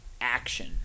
action